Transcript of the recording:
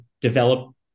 develop